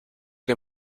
que